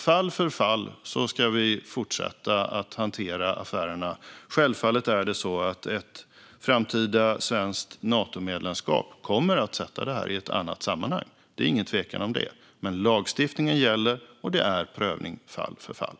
Fall för fall ska vi fortsätta att hantera affärerna. Självfallet är det så att ett framtida svenskt Natomedlemskap kommer att sätta det i ett annat sammanhang. Det är ingen tvekan om det. Men lagstiftningen gäller, och det är prövning fall för fall.